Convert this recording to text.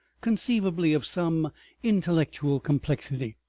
conceivably of some intellectual complexity.